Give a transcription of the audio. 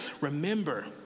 remember